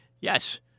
yes